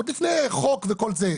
עוד לפני חוק וכל זה,